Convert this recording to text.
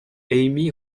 amy